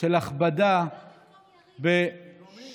של הכבדה בעול